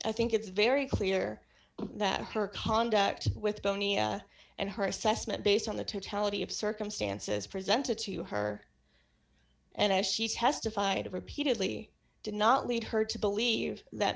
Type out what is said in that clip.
i think it's very clear that her conduct with tony and her assessment based on the totality of circumstances presented to her and as she testified repeatedly did not lead her to believe that